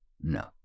No